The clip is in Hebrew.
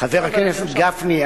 חבר הכנסת גפני,